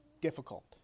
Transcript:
difficult